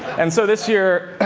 and so, this year,